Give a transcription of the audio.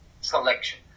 selection